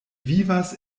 vivas